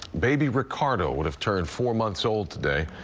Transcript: baby ricardo would have turned four months old today.